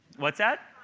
what's that?